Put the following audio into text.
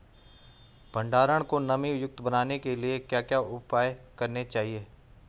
भंडारण को नमी युक्त बनाने के लिए क्या क्या उपाय करने चाहिए?